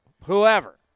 whoever